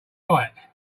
right